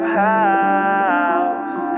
house